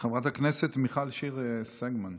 חברת הכנסת מיכל שיר סגמן.